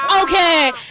okay